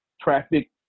traffic